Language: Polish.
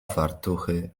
fartuchy